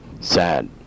Sad